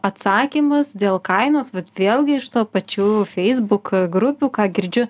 atsakymas dėl kainos vat vėlgi iš tų pačių feisbuk grupių ką girdžiu